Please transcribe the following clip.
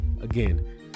again